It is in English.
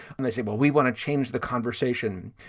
and they say, well, we want to change the conversation.